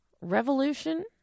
revolution